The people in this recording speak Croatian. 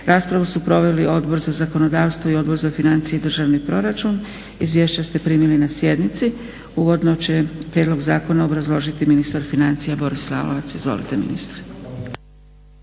Raspravu su proveli Odbor za zakonodavstvo i Odbor za financije i državni proračun. Izvješća ste primili na sjednici. Uvodno će prijedlog zakona obrazložiti ministar financija Boris Lalovac. Izvolite ministre.